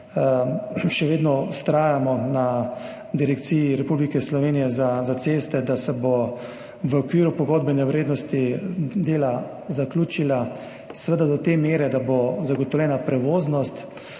še vedno vztrajamo na direkciji Republike Slovenije za ceste, da se bodo v okviru pogodbene vrednosti dela zaključila, seveda do te mere, da bo zagotovljena prevoznost,